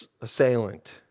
assailant